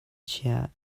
chiah